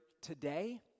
today